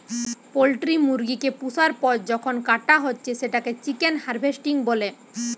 poultry মুরগি কে পুষার পর যখন কাটা হচ্ছে সেটাকে চিকেন হার্ভেস্টিং বলে